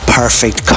perfect